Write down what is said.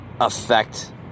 affect